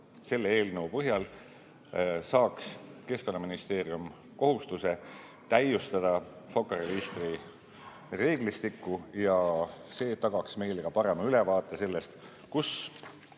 Selle eelnõu põhjal saaks Keskkonnaministeerium kohustuse täiustada FOKA registri reeglistikku ja see tagaks meile ka parema ülevaate sellest, kus